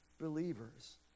believers